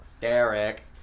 Derek